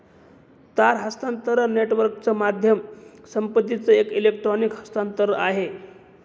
तार हस्तांतरण नेटवर्कच माध्यम संपत्तीचं एक इलेक्ट्रॉनिक हस्तांतरण आहे